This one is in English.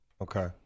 Okay